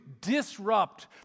disrupt